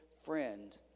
friend